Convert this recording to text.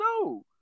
No